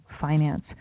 finance